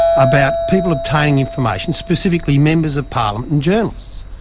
about people obtaining information, specifically members of parliament and journalists,